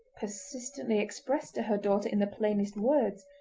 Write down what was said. persistently expressed to her daughter in the plainest words,